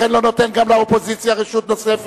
לכן אני גם לא נותן לאופוזיציה רשות נוספת.